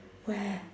where